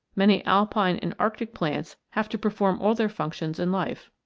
many alpine and arctic plants have to perform all their functions in life.